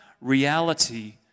reality